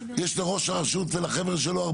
יש את ראש הראשות ולחברה שלו,